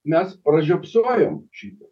mes pražiopsojom šitą